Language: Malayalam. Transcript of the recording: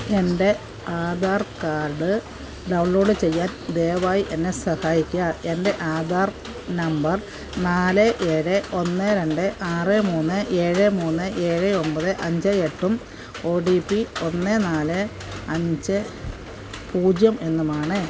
എൻ്റെ ആധാർ കാർഡ് ഡൗൺലോഡ് ചെയ്യാൻ ദയവായി എന്നെ സഹായിക്കുക എൻ്റെ ആധാർ നമ്പർ നാല് ഏഴ് ഒന്ന് രണ്ട് ആറ് മൂന്ന് ഏഴ് മൂന്ന് ഏഴ് ഒമ്പത് അഞ്ച് എട്ടും ഒ ടി പി ഒന്ന് നാല് അഞ്ച് പൂജ്യം എന്നുമാണ്